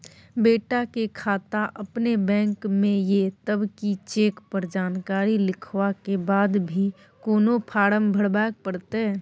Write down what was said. बेटा के खाता अपने बैंक में ये तब की चेक पर जानकारी लिखवा के बाद भी कोनो फारम भरबाक परतै?